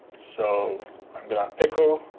so i'm going to echo.